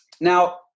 Now